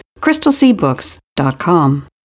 crystalseabooks.com